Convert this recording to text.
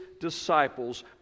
disciples